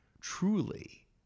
truly